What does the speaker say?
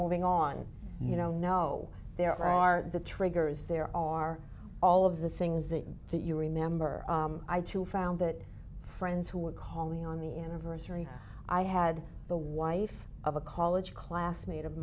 moving on you know no there are the triggers there are all of the things that do you remember i too found that friends who would call me on the anniversary i had the wife of a college classmate of